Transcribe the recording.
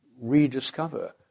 rediscover